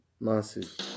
massive